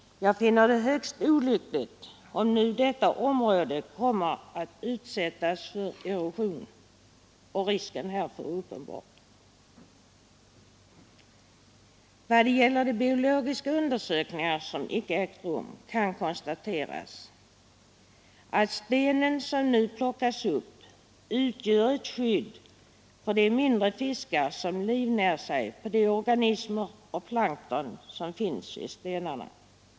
Jag finner det högst olyckligt, om nu detta område kommer att utsättas för erosion, och risken härför är uppenbar. När det gäller de biologiska undersökningar, som icke ägt rum, kan Ang. stenhämtning ur havet utanför konstateras att stenen som nu plockas upp utgör ett skydd för de mindre fiskar som livnär sig på de organismer och plankton som finns vid stenarna.